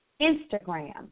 Instagram